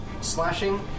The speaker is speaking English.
slashing